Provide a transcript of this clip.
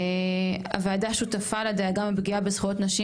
הוועדה שותפה לדאגה מפגיעה בזכויות נשים